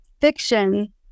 fiction